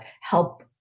help